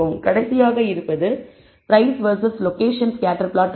கடைசியாக இருப்பது price versus location scatter plot ஆகும்